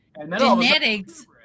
genetics